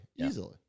Easily